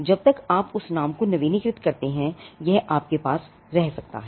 जब तक आप उस नाम को नवीनीकृत करते रहेंयह आपके पास हो सकता है